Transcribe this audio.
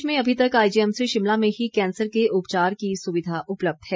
प्रदेश में अभी तक आईजीएमसी शिमला में ही कैंसर के उपचार की सुविधा उपलब्ध है